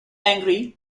angry